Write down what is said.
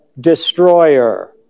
destroyer